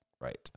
right